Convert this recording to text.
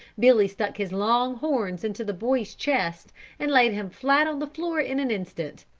billy stuck his long horns into the boy's chest and laid him flat on the floor in an instant.